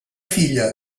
filla